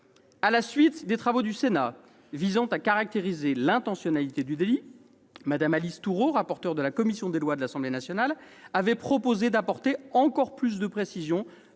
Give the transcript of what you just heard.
À la suite des travaux du Sénat visant à caractériser l'intentionnalité du délit, Mme Alice Thourot, rapporteure de la commission des lois de l'Assemblée nationale, avait souhaité apporter encore plus de précisions,